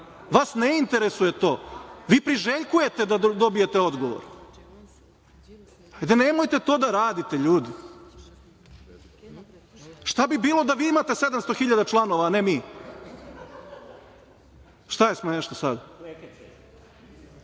Vas ne interesuje to. Vi priželjkujete da dobijete odgovor. Nemojte to da radite, ljudi. Šta bi bilo da vi imate 700 hiljada članova, a ne mi? Šta je smešno sad?